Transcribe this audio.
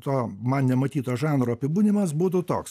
to man nematyto žanro apibūdinimas būtų toks